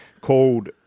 called